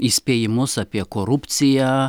įspėjimus apie korupciją